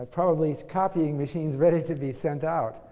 probably, copying machines ready to be sent out.